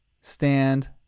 stand